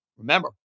Remember